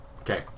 okay